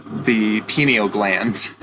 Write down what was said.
the pineal gland.